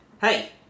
Hey